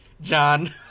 John